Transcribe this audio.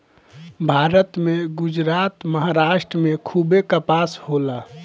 भारत में गुजरात, महाराष्ट्र में खूबे कपास होला